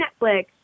Netflix